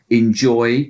enjoy